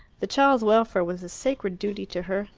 the child's welfare was a sacred duty to her,